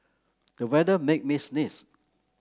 the weather made me sneeze